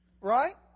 Right